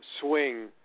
swing